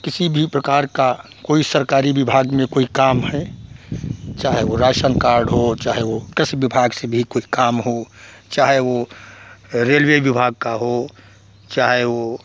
किसी भी प्रकार का कोई सरकारी विभाग में कोई काम है चाहे वह राशन कार्ड हो चाहे वह कृषि विभाग से भी कोई काम हो चाहे वह रेलवे विभाग का हो चाहे वह